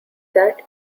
that